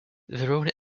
verona